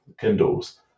Kindles